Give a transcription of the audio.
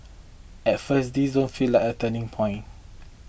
at first this don't feel like a turning point